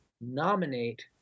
nominate